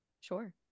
sure